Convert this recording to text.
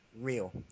real